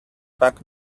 back